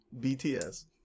bts